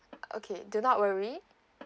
okay do not worry